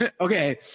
Okay